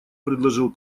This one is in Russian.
предложил